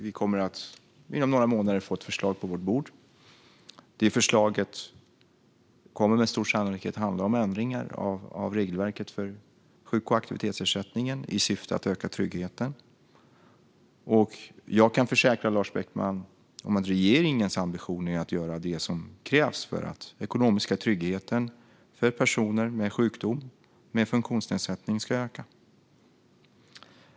Vi kommer inom några månader att få ett förslag på vårt bord. Förslaget kommer med stor sannolikhet att handla om ändringar av regelverket för sjuk och aktivitetsersättningen i syfte att öka tryggheten. Jag kan försäkra Lars Beckman att regeringens ambition är att göra det som krävs för att den ekonomiska tryggheten för personer med sjukdom och funktionsnedsättning ska öka.